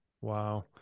Wow